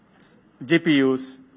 GPUs